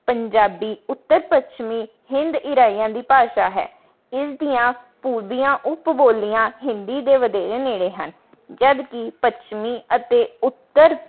ਪੰਜਾਬੀ ਉੱਤਰ ਪੱਛਮੀ ਹਿੰਦ ਈਰਾਈਆਂ ਦੀ ਭਾਸ਼ਾ ਹੈ ਇਸ ਦੀਆਂ ਪੂਰਬੀਆਂ ਉਪ ਬੋਲੀਆਂ ਹਿੰਦੀ ਦੇ ਵਧੇਰੇ ਨੇੜੇ ਹਨ ਜਦਕਿ ਪੱਛਮੀ ਅਤੇ ਉੱਤਰ